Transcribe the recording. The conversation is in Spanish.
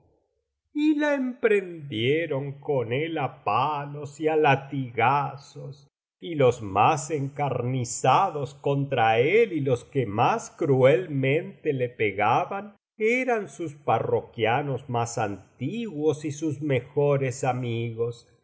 y la emprendieron con él á palos y á latigazos y los más encarnizados contra él y los que más cruelmente le pegaban eran sus parroquianos mas antiguos y sus mejores amigos